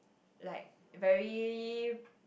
like very